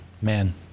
man